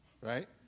right